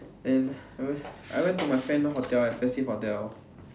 then I went to my friend's hotel expensive hotel